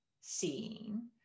seeing